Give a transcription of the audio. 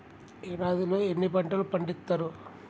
ఏడాదిలో ఎన్ని పంటలు పండిత్తరు?